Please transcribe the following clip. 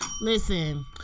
listen